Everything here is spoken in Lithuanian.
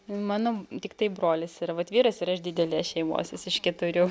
mano tiktai brolis yra vat vyras yra iš didelės šeimos jis iš keturių